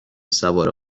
سوار